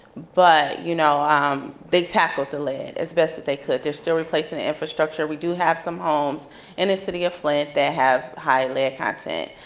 but you know they tackled the lead as best that they could. they're still replacing the infrastructure. we do have some homes in the city of flint that have high lead content.